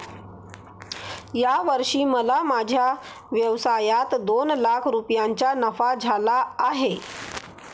या वर्षी मला माझ्या व्यवसायात दोन लाख रुपयांचा नफा झाला आहे